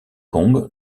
kong